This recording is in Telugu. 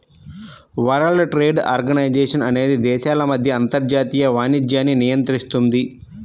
వరల్డ్ ట్రేడ్ ఆర్గనైజేషన్ అనేది దేశాల మధ్య అంతర్జాతీయ వాణిజ్యాన్ని నియంత్రిస్తుంది